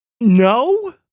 No